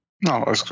No